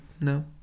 no